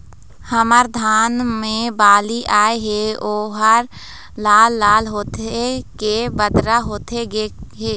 हमर धान मे बाली आए हे ओहर लाल लाल होथे के बदरा होथे गे हे?